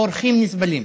אורחים נסבלים.